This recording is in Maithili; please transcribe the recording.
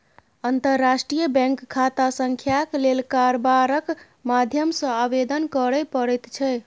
अंतर्राष्ट्रीय बैंक खाता संख्याक लेल कारबारक माध्यम सँ आवेदन करय पड़ैत छै